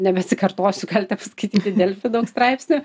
nebesikartosiu galite paskaityti delfi daug straipsnių